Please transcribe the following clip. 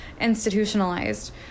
institutionalized